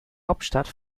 hauptstadt